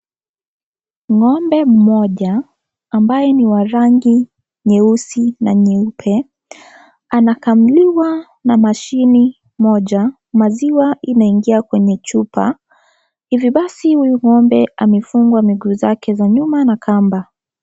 Ngombe mmoja ambaye ni wa rangi nyeusi na nyeupe, anakamuliwa na mashini moja . Mziwa imeingia kwenye chupa, hivu basi huyu ngombe amefungwa miguu zake za nyuma na kamba.